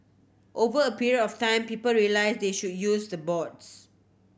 over a period of time people realise they should use the boards